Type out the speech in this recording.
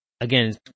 again